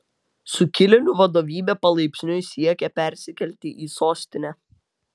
sukilėlių vadovybė palaipsniui siekia persikelti į sostinę